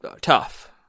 tough